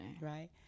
Right